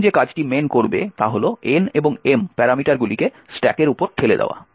প্রথম যে কাজটি main করবে তা হল N এবং M প্যারামিটারগুলিকে স্ট্যাকের উপর ঠেলে দেওয়া